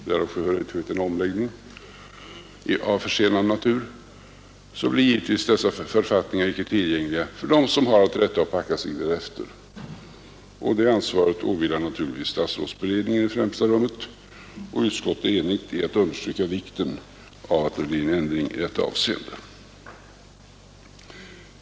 Då det därvidlag har skett en omläggning av försenande natur blir dessa författningar icke tillgängliga för dem som har att rätta och packa sig därefter. Det ansvaret åvilar naturligtvis statsrådsberedningen i främsta rummet, och utskottet är enigt om att understryka vikten av att det blir en ändring i detta avseende.